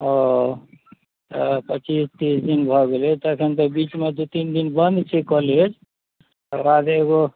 ओ तऽ पच्चीस तीस दिन भऽ गेलै तखन तऽ बीचमे दू तीन दिन बन्द छै कॉलेज तकर बाद एगो